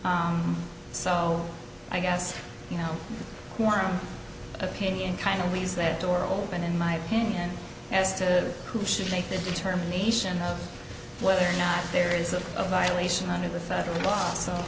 me so i guess you know you are an opinion kind of leads that door open in my opinion as to who should make the determination of whether or not there is a violation under the federal